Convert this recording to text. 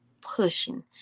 pushing